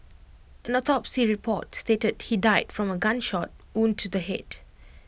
an autopsy report stated he died from A gunshot wound to the Head